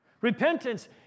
Repentance